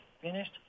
finished